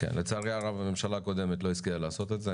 לצערי הרב הממשלה הקודמת לא השכילה לעשות את זה,